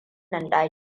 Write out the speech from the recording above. wannan